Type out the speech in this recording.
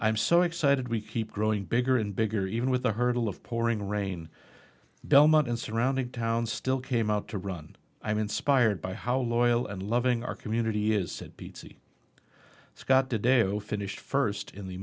i'm so excited we keep growing bigger and bigger even with the hurdle of pouring rain belmont and surrounding towns still came out to run i'm inspired by how loyal and loving our community is said pizzey scott today who finished first in the